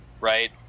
right